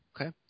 Okay